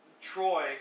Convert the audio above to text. Troy